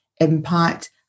impact